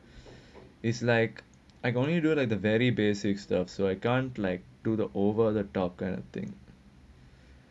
it's like I got only know like the very basic stuff so I can't like do the overlap top kind of thing